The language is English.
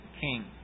king